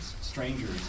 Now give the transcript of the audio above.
strangers